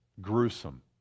gruesome